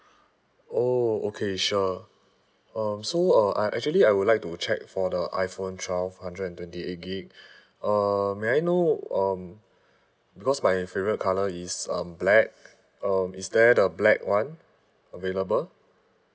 oh okay sure um so uh I actually I would like to check for the iphone twelve hundred and twenty eight gig uh may I know um because my favourite colour is um black um is there the black [one] available